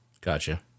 Gotcha